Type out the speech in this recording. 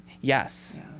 Yes